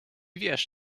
wiesz